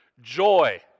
Joy